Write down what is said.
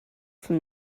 from